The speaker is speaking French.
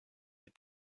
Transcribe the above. les